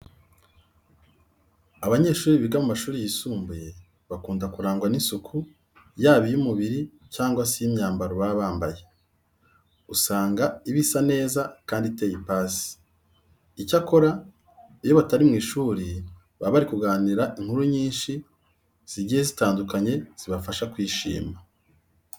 Abanyeshuri biga mu mashuri yisumbuye bakunda kurangwa n'isuku yaba iy'umubiri cyangwa se iy'imyambaro baba bambaye. Usanga iba isa neza kandi iteye n'ipasi. Icyakora, iyo batari mu ishuri baba bari kuganira inkuru nyinshi zigiye zitandukanye zibafasha kwishima.